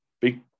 big